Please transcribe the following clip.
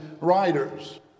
writers